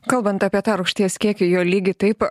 kalbant apie tą rūgšties kiekį jo lygį taip